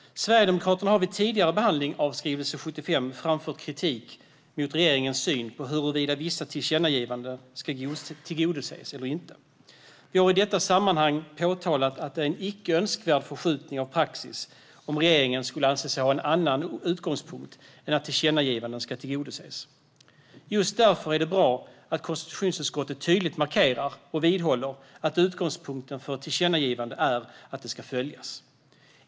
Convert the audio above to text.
Sverigedemokraterna har vid tidigare behandling av skrivelse 75 framfört kritik mot regeringens syn på huruvida vissa tillkännagivanden ska tillgodoses eller inte. Vi har i detta sammanhang påtalat att det är en icke önskvärd förskjutning av praxis om regeringen skulle anse sig ha en annan utgångspunkt än att tillkännagivanden ska tillgodoses. Just därför är det bra att konstitutionsutskottet tydligt markerar och vidhåller att utgångspunkten för ett tillkännagivande är att det ska följas.